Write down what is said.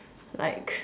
like